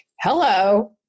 hello